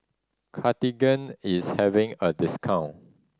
Cartigain is having a discount